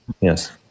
Yes